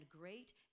great